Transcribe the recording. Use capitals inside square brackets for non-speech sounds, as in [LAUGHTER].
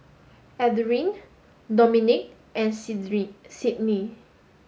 Adriene Dominic and [UNINTELLIGIBLE] Sydnee